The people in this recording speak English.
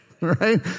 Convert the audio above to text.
right